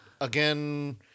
again